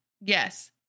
Yes